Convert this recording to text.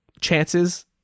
chances